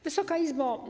Wysoka Izbo!